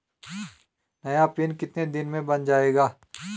नया पिन कितने दिन में बन जायेगा?